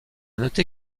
noter